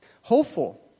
Hopeful